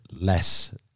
less